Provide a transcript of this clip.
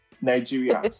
Nigeria